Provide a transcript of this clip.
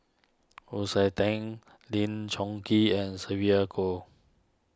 Wu Tsai Den Lim Chong Keat and Sylvia Kho